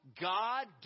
God